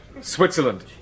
Switzerland